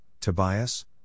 Tobias